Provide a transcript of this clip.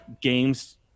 games